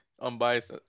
unbiased